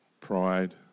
Pride